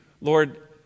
Lord